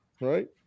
right